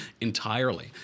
entirely